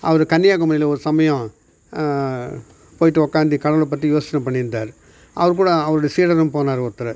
அவர் கன்னியாகுமரியில் ஒரு சமயம் போய்ட்டு உக்கார்ந்து கடவுளைப் பற்றி யோசனை பண்ணிட்ருந்தாரு அவர் கூட அவருடைய சீடரும் போனார் ஒருத்தர்